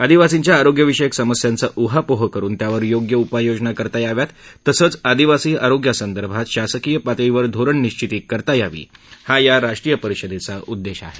आदिवासींच्या आरोग्यविषयक समस्यांचा उहापोह करून त्यावर योग्य उपाययोजना करता याव्यात तसेच आदिवासी आरोग्य संदर्भात शासकीय पातळीवर धोरण निश्विती करता यावी हा या राष्ट्रीय परिषदेचा उद्देश आहे